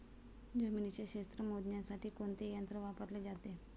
जमिनीचे क्षेत्र मोजण्यासाठी कोणते यंत्र वापरले जाते?